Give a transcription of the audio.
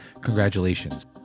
Congratulations